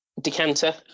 decanter